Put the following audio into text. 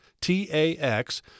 T-A-X